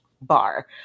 bar